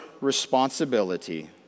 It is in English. responsibility